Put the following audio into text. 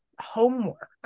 homework